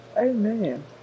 Amen